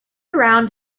around